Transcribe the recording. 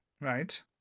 Right